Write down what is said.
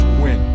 win